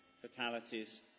fatalities